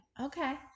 Okay